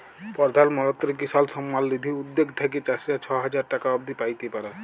পরধাল মলত্রি কিসাল সম্মাল লিধি উদ্যগ থ্যাইকে চাষীরা ছ হাজার টাকা অব্দি প্যাইতে পারে